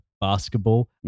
basketball